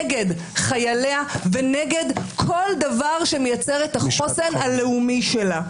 נגד חייליה ונגד כל דבר שמייצר את החוסן הלאומי שלה.